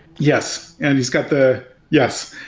yes, and he's got the yes.